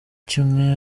kimwe